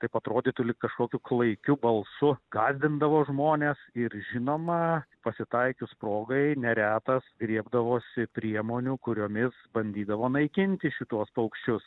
taip atrodytų lyg kažkokiu klaikiu balsu gąsdindavo žmones ir žinoma pasitaikius progai neretas griebdavosi priemonių kuriomis bandydavo naikinti šituos paukščius